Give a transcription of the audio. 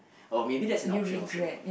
oh maybe that's an option also